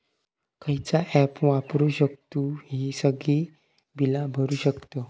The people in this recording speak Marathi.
खयचा ऍप वापरू शकतू ही सगळी बीला भरु शकतय?